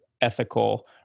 ethical